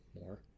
more